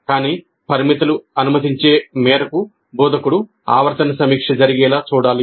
కానీ పరిమితులు అనుమతించే మేరకు బోధకుడు ఆవర్తన సమీక్ష జరిగేలా చూడాలి